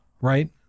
right